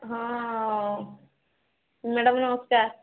ହଁ ମ୍ୟାଡ଼ାମ୍ ନମସ୍କାର